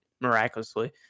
miraculously